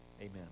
amen